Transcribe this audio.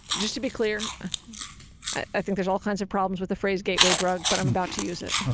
just to be clear i think there's all kinds of problems with the phrase gateway drug but i'm about to use it.